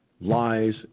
lies